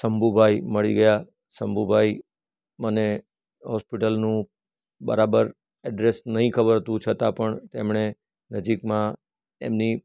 શંભુભાઈ મળી ગયા શંભુભાઈ મને હોસ્પિટલનું બરાબર એડ્રેસ નહી ખબર હતું છતાં પણ એમણે નજીકમાં એમની